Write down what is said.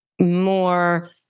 more